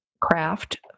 craft